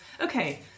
Okay